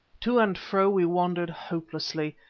to and fro we wandered hopelessly,